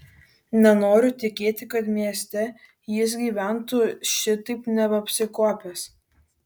nenoriu tikėti kad mieste jis gyventų šitaip neapsikuopęs